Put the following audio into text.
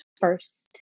first